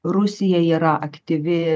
rusija yra aktyvi